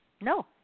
No